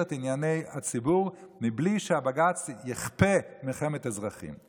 את ענייני הציבור בלי שהבג"ץ יכפה מלחמה אזרחים.